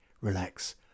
relax